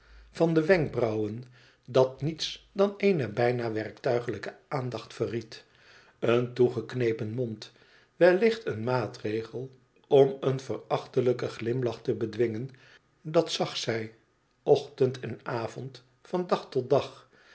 van de wenkbrauwen datnietsdaneene bijna werktuiglijkeaandacht verried een toegeknepen mond wellicht een maatregel om een verachtelijken glimlach te bedwingen dat zag zij ochtend en avond van dag tot dag